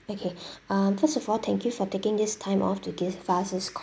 okay uh first of all thank you for taking this time off to give us this